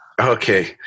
Okay